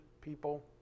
people